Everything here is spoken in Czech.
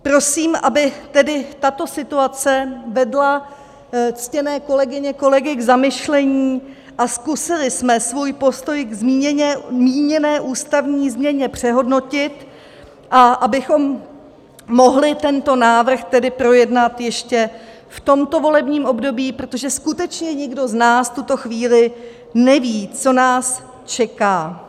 Prosím, aby tedy tato situace vedla ctěné kolegyně a kolegy k zamyšlení a zkusili jsme svůj postoj k míněné ústavní změně přehodnotit, abychom mohli tento návrh tedy projednat ještě v tomto volebním období, protože skutečně nikdo z nás v tuto chvíli neví, co nás čeká.